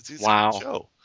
Wow